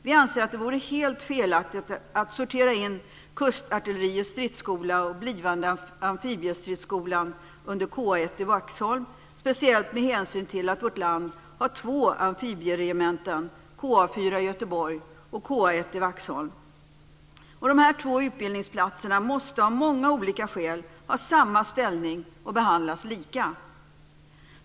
Vi anser att det vore helt felaktigt att sortera in Kustartilleriets stridsskola och den blivande Amfibiestridsskolan under KA 1 i Vaxholm, speciellt med hänsyn till att vårt land har två amfibieregementen; KA 4 i Göteborg och KA 1 i Vaxholm. De här två utbildningsplatserna måste av många olika skäl ha samma ställning, och behandlas lika.